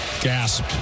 gasped